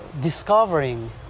discovering